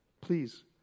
Please